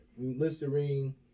Listerine